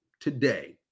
today